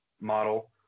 model